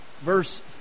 verse